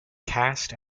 cast